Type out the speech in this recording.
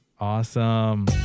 Awesome